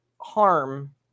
harm